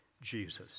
Jesus